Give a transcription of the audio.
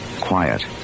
Quiet